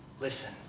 listen